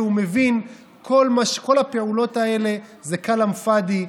הוא מבין שכל הפעולות האלה זה כלאם פאדי,